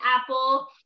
Apple